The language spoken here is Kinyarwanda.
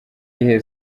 iyihe